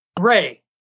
Ray